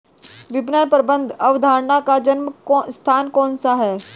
विपणन प्रबंध अवधारणा का जन्म स्थान कौन सा है?